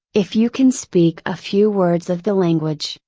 if you can speak a few words of the language,